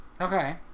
Okay